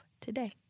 today